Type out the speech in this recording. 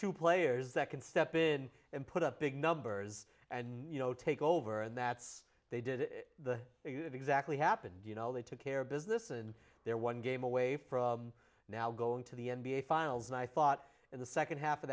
two players that can step in and put up big numbers and you know take over and that's they did the it exactly happened you know they took care of business and they're one game away from now going to the n b a finals and i thought in the second half of